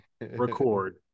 record